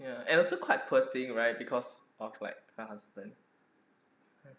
ya and also quite poor thing right because of like her husband